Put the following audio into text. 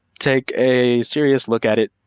take a serious look at it,